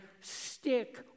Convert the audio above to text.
stick